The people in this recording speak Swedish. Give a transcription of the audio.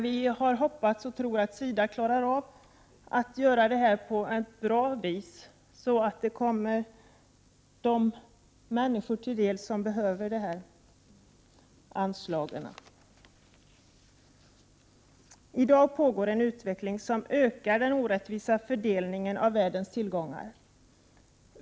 Vi har hoppats och vi tror att SIDA klarar av att göra avvägningarna på ett bra sätt, så att biståndet kommer de människor till del som behöver det. I dag pågår en utveckling som ökar den orättvisa fördelningen av världens tillgångar.